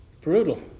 Brutal